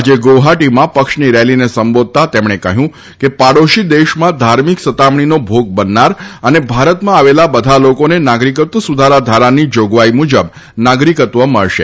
આજે ગુવહાટીમાં પક્ષની રેલીને સંબોધતા તેમણે કહ્યું કે પાડોશી દેશમાં ધાર્મિક સતામણીનો ભોગ બનનાર અને ભારતમાં આવેલા બધા લોકોને નાગરિકત્વ સુધારા ધારાની જોગવાઇ મુજબ નાગરિકત્વ મળશે